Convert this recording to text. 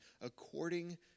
according